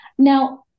Now